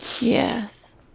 Yes